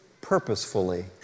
purposefully